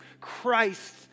Christ